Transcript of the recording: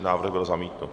Návrh byl zamítnut.